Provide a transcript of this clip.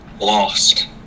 lost